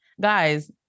guys